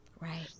Right